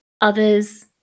others